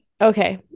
Okay